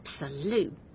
absolute